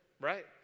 right